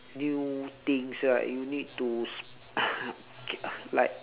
new things right you need to like